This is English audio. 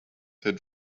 had